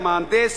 המהנדס,